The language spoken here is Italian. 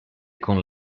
con